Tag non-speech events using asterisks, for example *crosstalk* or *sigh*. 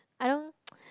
I don't *noise*